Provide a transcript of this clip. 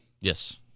Yes